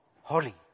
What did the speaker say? holy